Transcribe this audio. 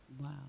Wow